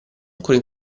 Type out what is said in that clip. ancora